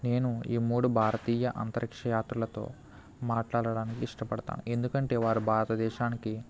నేను ఈ మూడు భారతీయ అంతరిక్ష యాత్రలతో మాట్లాడడాన్ని ఇష్టపడతాను ఎందుకంటే వారు భారతదేశానికి